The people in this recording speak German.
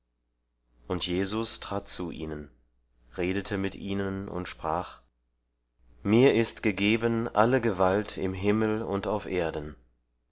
und jesus trat zu ihnen redete mit ihnen und sprach mir ist gegeben alle gewalt im himmel und auf erden